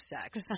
sex